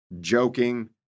joking